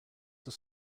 were